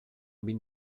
been